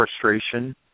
frustration